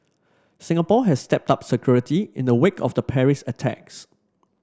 Singapore has stepped up security in the wake of the Paris attacks